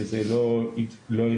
שזה לא ידפוק,